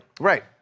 Right